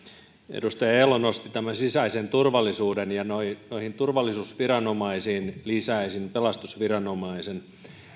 edustaja elo nosti tämän sisäisen turvallisuuden ja noihin turvallisuusviranomaisiin lisäisin pelastusviranomaisen